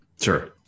Sure